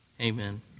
amen